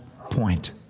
point